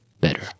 better